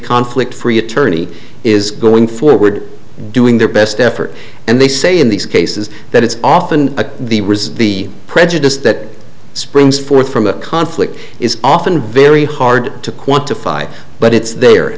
conflict free attorney is going forward doing their best effort and they say in these cases that it's often a the result the prejudice that springs forth from a conflict is often very hard to quantify but it's there